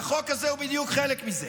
החוק הזה הוא בדיוק חלק מזה,